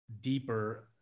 deeper